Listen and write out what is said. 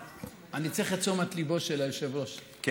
אני צריך את תשומת ליבו של היושב-ראש, כי